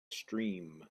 stream